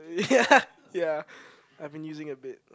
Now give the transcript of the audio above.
yeah yeah I've been using a bit